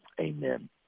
amen